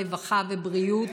הרווחה והבריאות.